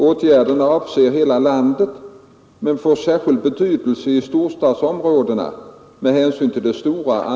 Åtgärderna avser hela landet men får särskild betydelse i storstadsområdena med hänsyn till det stora